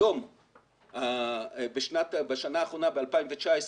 בשנה האחרונה, ב-2019,